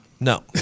No